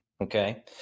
Okay